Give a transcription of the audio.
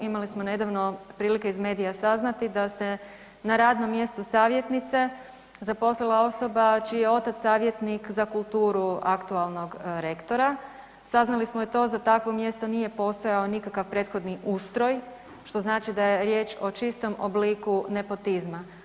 Imali smo nedavno prilike iz medija saznati da se na radnom mjestu savjetnice zaposlila osoba čiji je otac savjetnik za kulturu aktualnog rektora, saznali smo za to jer za takvo mjesto nije postojao nikakav prethodni ustroj, što znači da je riječ o čistom obliku nepotizma.